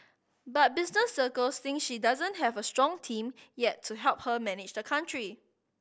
but business circles think she doesn't have a strong team yet to help her manage the country